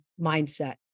mindset